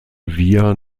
via